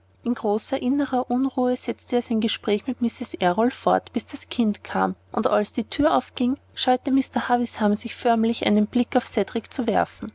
in großer innerer unruhe setzte er sein gespräch mit mrs errol fort bis das kind kam und als die thür aufging scheute mr havisham sich förmlich einen blick auf cedrik zu werfen